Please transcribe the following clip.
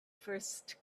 first